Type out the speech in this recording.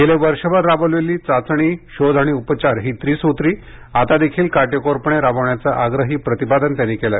गेले वर्षभर राबवलेली चाचणी शोध आणि उपचार ही त्रिसूत्री आतादेखील काटेकोरपणे राबवण्याचे आग्रही प्रतिपादन त्यांनी यावेळी केले